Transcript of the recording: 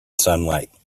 sunlight